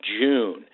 June